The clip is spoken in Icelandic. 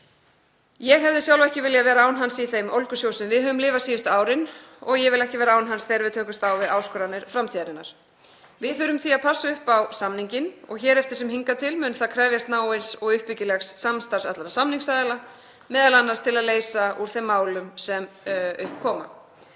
Ég hefði sjálf ekki viljað vera án hans í þeim ólgusjó sem við höfum lifað síðustu árin og ég vil ekki vera án hans þegar við tökumst á við áskoranir framtíðarinnar. Við þurfum því að passa upp á samninginn og hér eftir sem hingað til mun það krefjast náins og uppbyggilegs samstarfs allra samningsaðila, m.a. til að leysa úr þeim málum sem upp koma.